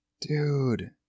Dude